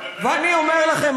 אני אומר לכם,